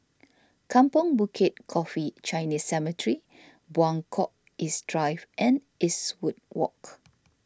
Kampong Bukit Coffee Chinese Cemetery Buangkok East Drive and Eastwood Walk